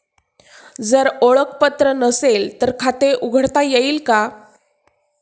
जर ओळखपत्र नसेल तर खाते उघडता येईल का?